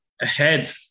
ahead